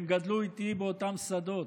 הם גדלו איתי באותם שדות.